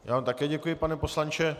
Já vám také děkuji, pane poslanče.